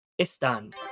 están